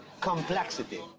Complexity